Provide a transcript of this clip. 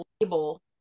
label